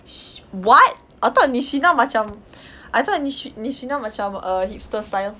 sh~ what I thought nishreena macam I thought nishree~ nishreena macam err hipster style